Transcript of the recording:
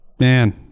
Man